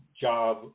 job